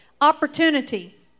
opportunity